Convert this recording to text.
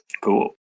Cool